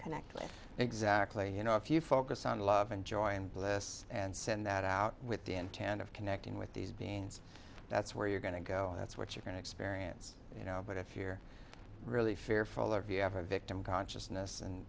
connect with exactly you know if you focus on love and joy and bliss and send that out with the intent of connecting with these beings that's where you're going to go that's what you're going to experience you know but if you're really fearful or if you have a victim consciousness and